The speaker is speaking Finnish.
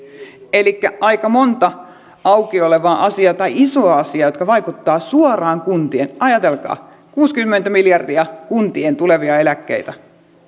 elikkä aika monta auki olevaa asiaa tai isoa asiaa jotka vaikuttavat suoraan ajatelkaa kuusikymmentä miljardia kuntien tuleviin eläkkeisiin